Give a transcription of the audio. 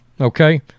okay